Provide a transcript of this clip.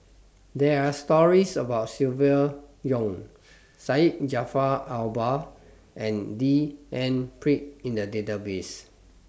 There Are stories about Silvia Yong Syed Jaafar Albar and D N Pritt in The Database